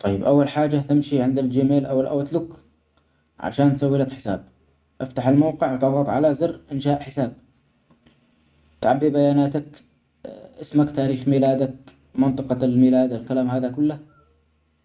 طيب أول حاجه تمشي عند الجيميل أو الأوت لوك ، عشان تسويلك حساب أفتح الموقع أضغط علي زر إنشاء حساب تعبي بياناتك أسمك ، تاريخ ميلادك ،منقطة الميلاد ،الكلام هادا كله